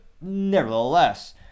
nevertheless